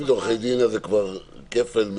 אם זה עורכי דין זה כבר "כפל מבצעים",